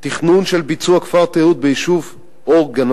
תכנון של ביצוע כפר תיירות ביישוב האור-הגנוז,